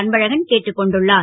அன்பழகன் கேட்டுக் கொண்டுள்ளார்